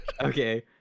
Okay